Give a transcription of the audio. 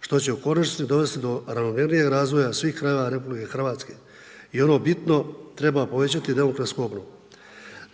što će u konačnici dovesti do ravnomjernijeg razvoja svih krajeva Republike Hrvatske, i ono bitno, treba povećati demografsku obnovu.